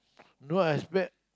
no I expect